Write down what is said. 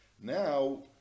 Now